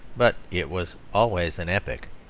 but it was always an epic.